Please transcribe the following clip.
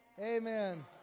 Amen